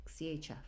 CHF